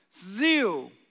zeal